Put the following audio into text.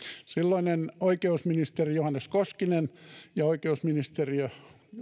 silloinen oikeusministeri johannes koskinen ja oikeusministeriö